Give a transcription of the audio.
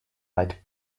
might